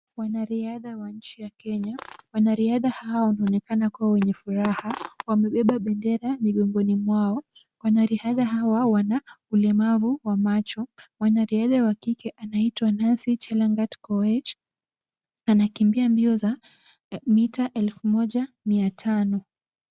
Wanariadha wa nchi ya Kenya. Wanariadha hawa wanaonekana kuwa wenye furaha. Wamebeba bendera migongoni mwao. Wanariadha hawa wanaulemavu wa macho. Mwanariadha wa kike anaitwa Nancy Chelagat Koech na anakimbia mbio za mita elfu moja mia tano.